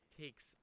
takes